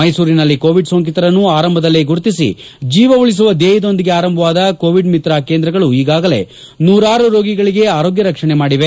ಮೈಸೂರಿನಲ್ಲಿ ಕೋವಿಡ್ ಸೋಂಕಿತರನ್ನು ಆರಂಭದಲ್ಲೇ ಗುರುತಿಸಿ ಜೀವ ಉಳಿಸುವ ಧ್ಯೇಯದೊಂದಿಗೆ ಆರಂಭವಾದ ಕೋವಿಡ್ ಮಿತ್ರ ಕೇಂದ್ರಗಳು ಈಗಾಗಲೇ ನೂರಾರು ರೋಗಿಗಳಿಗೆ ಆರೋಗ್ಯ ರಕ್ಷಣೆಮಾಡಿವೆ